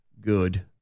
good